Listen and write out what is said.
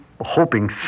hoping